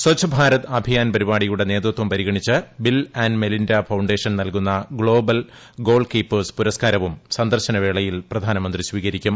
സച്ച്ഭാരത് അഭിയാൻ പരിപാടിയുടെ നേതൃത്വം പരിഗണിച്ച് ബിൽ ആൻഡ് മെലിൻഡാ ഫൌണ്ടേഷൻ നൽകുന്ന ഗ്ലോബൽ ഗോൾ കീപ്പേർസ് പുരസ്കാരവും സന്ദർശനവേളയിൽ പ്രധാനമന്ത്രി സ്വീകരിക്കും